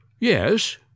Yes